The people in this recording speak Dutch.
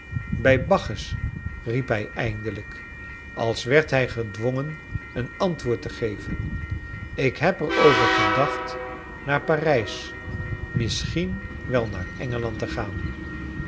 bij bacchus i riep hij eindelijk als werd hij gedwongen een antwoord te geven ik heb er over gedacht naar parijs misschien wel naar engeland te gaan